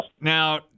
Now